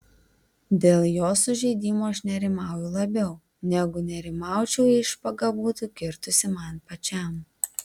dėl jo sužeidimo aš nerimauju labiau negu nerimaučiau jei špaga būtų kirtusi man pačiam